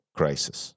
crisis